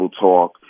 talk